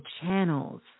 channels